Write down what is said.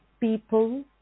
People